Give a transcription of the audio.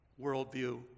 worldview